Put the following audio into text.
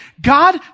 God